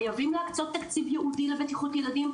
חייבים להקצות תקציב ייעודי לבטיחות ילדים,